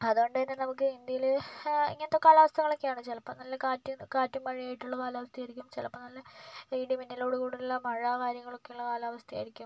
അതു കൊണ്ടു തന്നെ നമുക്ക് ഇന്ത്യയിൽ ഇങ്ങനത്തെ കാലാവസ്ഥകളൊക്കെയാണ് ചിലപ്പം നല്ല കാറ്റ് കാറ്റും മഴയായിട്ടുള്ള കാലാവസ്ഥയായിരിക്കും ചിലപ്പം നല്ല ഇടിമിന്നലോട് കൂടിയുള്ള മഴ കാര്യങ്ങളൊക്കെയുള്ള കാലാവസ്ഥയായിരിക്കും